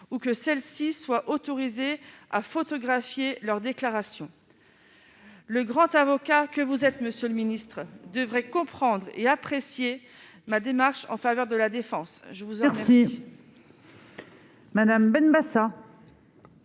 ou que celles-ci soient autorisées à photographier leurs déclarations. Le grand avocat que vous êtes, monsieur le garde des sceaux, devrait comprendre et apprécier ma démarche en faveur de la défense. La parole